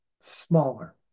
smaller